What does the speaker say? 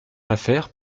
affaire